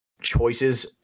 choices